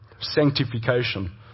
sanctification